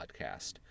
podcast